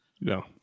no